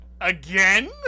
Again